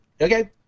Okay